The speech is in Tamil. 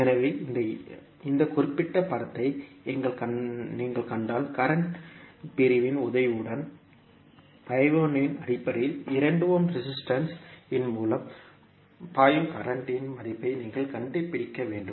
எனவே இந்த குறிப்பிட்ட படத்தை நீங்கள் கண்டால் கரண்ட் பிரிவின் உதவியுடன் இன் அடிப்படையில் 2 ஓம் ரெசிஸ்டன்ஸ் இன் மூலம் பாயும் கரண்ட் இன் மதிப்பை நீங்கள் கண்டுபிடிக்க வேண்டும்